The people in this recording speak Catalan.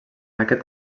aquest